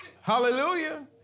Hallelujah